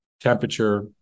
temperature